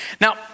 Now